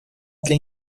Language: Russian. для